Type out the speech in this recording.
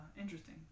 interesting